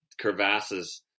crevasses